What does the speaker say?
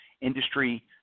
industry